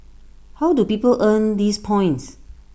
how do people earn these points